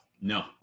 No